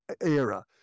era